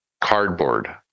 cardboard